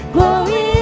Glory